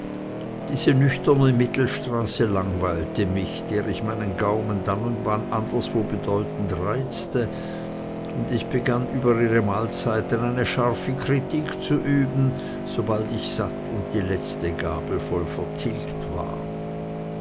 diese nüchterne mittelstraße langweilte mich der ich meinen gaumen dann und wann anderswo bedeutend reizte und ich begann über ihre mahlzeiten eine scharfe kritik zu üben sobald ich satt und die letzte gabel voll vertilgt war